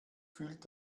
fühlt